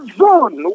zone